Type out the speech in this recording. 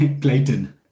Clayton